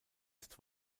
ist